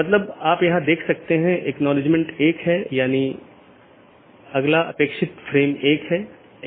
तो मैं AS1 से AS3 फिर AS4 से होते हुए AS6 तक जाऊँगा या कुछ अन्य पाथ भी चुन सकता हूँ